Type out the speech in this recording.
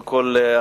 קודם כול,